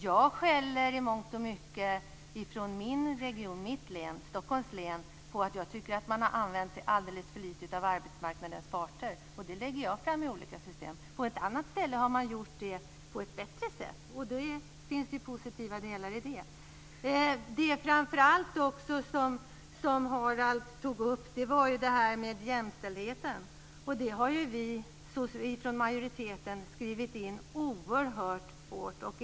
Jag skäller i mångt och mycket i min region, Stockholms län, på - som jag tycker - att man alldeles för lite har använt sig av arbetsmarknadens parter. Det lägger jag fram i fråga om olika system. På ett annat ställe har man gjort det på ett bättre sätt, och då finns det ju positiva delar i det. Harald tog upp jämställdheten. Den saken har vi i majoriteten skrivit in oerhört hårt.